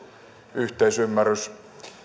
yhteisymmärrys